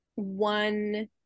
one